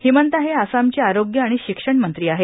हिमंता हे आसामचे आरोग्य आणि शिक्षण मंत्री आहेत